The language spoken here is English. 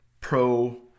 pro